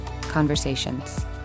conversations